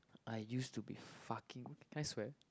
I used to be fucking can I swear